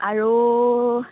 আৰু